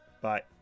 Bye